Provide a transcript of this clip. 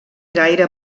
gaire